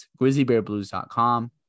grizzlybearblues.com